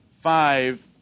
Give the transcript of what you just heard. five